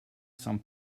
some